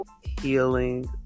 healing